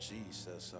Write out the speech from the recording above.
Jesus